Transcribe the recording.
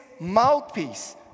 mouthpiece